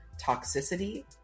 toxicity